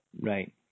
Right